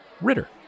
Ritter